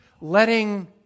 letting